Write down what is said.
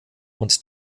und